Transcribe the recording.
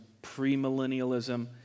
pre-millennialism